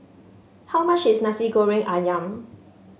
how much is Nasi Goreng ayam